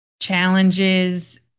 challenges